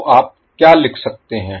तो आप क्या लिख सकते हैं